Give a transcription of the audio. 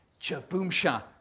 chaboomsha